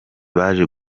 baje